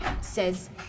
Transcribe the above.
says